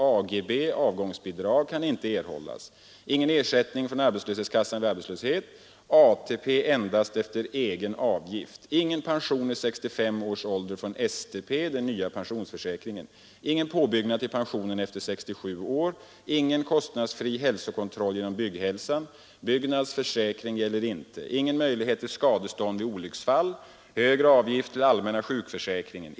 AGB avgångsbidrag kan inte erhållas. Ingen ersättning från A-kassan vid arbetslöshet, ATP endast efter egen avgift. Ingen pension vid 65 års ålder från SPP den nya ikring inte. Ingen möjlighet till skadestånd vid olycksfall. Högre avgift till allmänna sjukförsäkringen.